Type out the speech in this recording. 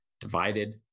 divided